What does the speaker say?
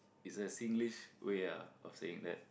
it's a Singlish way ah of saying that